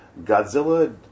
Godzilla